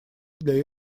для